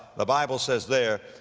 the bible says there,